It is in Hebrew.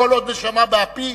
כל עוד נשמה באפי,